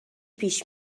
پیش